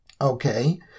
Okay